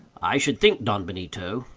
i should think, don benito,